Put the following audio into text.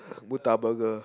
murta burger